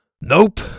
Nope